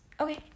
Okay